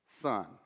son